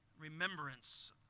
remembrance